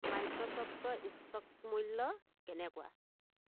মাইক'চফ্টৰ ইষ্ট'ক মূল্য কেনেকুৱা